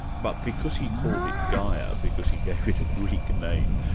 but because he called it gaia, because he gave it a greek name,